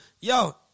yo